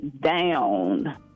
down